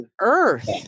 earth